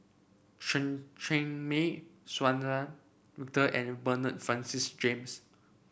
Chen Cheng Mei Suzann Victor and Bernard Francis James